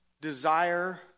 desire